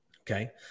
Okay